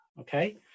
okay